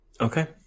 Okay